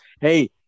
hey